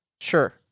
Sure